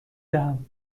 دهم